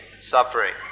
suffering